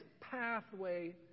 pathway